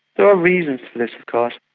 there are reasons for this of course.